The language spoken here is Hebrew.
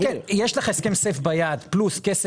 כן, כן, יש לך הסכם סייף ביד פלוס כסף